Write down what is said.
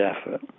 effort